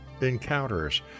Encounters